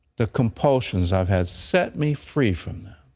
the compulsions i've had, set me free from them.